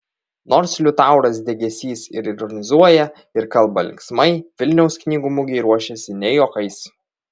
nors liutauras degėsys ir ironizuoja ir kalba linksmai vilniaus knygų mugei ruošiasi ne juokais